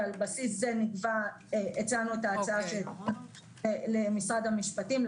ועל בסיס הצענו את ההצעה למשרד המשפטים,